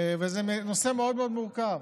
וזה נושא מאוד מאוד מורכב.